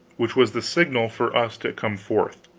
which was the signal for us to come forth.